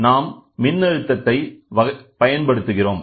நாம் மின்னழுத்தத்தை பயன்படுத்துகிறோம்